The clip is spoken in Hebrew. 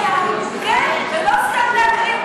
כן, ולא סתם להקריא.